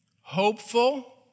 Hopeful